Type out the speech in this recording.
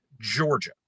Georgia